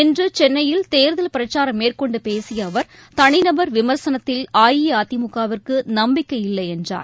இன்றுசென்னையில் தேர்தல் பிரச்சாரம் மேற்கொண்டுபேசியஅவா் தனிநபா் விமா்சனத்தில ் அஇஅதிமுக விற்குநம்பிக்கை இல்லைஎன்றார்